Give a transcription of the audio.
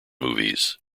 movies